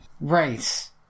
Right